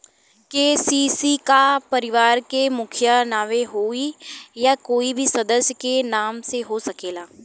KCC का परिवार के मुखिया के नावे होई या कोई भी सदस्य के नाव से हो सकेला?